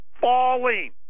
falling